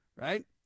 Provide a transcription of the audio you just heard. Right